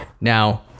Now